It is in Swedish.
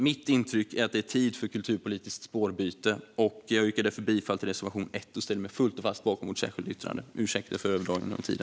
Mitt intryck är att det är tid för ett kulturpolitiskt spårbyte. Jag yrkar därför bifall till reservation 1 och ställer mig fullt och fast bakom vårt särskilda yttrande.